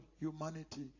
humanity